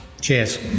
Cheers